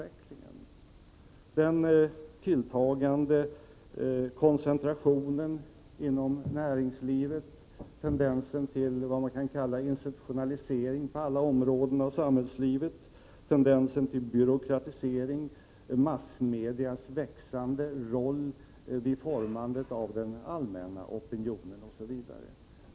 Det gäller den tilltagande koncentrationen inom näringslivet, tendensen till institutionalisering på alla områden av samhällslivet, tendensen till byråkratisering, massmedias växande roll vid formandet av den allmänna opinionen osv.